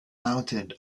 mounted